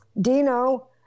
Dino